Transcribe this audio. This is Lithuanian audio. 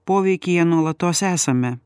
poveikyje nuolatos esame